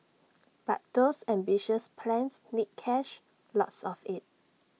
but those ambitious plans need cash lots of IT